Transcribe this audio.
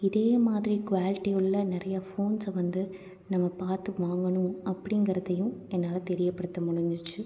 இதே மாதிரி குவாலிட்டி உள்ள நிறையா ஃபோன்ஸை வந்து நம்ம பார்த்து வாங்கணும் அப்படிங்கிறதையும் என்னால் தெரிய படுத்த முடிஞ்சிச்சு